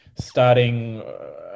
starting